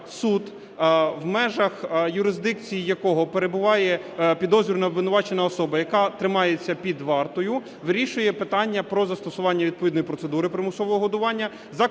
суд, в межах юрисдикції якого перебуває підозрювана (обвинувачена) особа, яка тримається під вартою, вирішує питання про застосування відповідної процедури примусового годування за клопотанням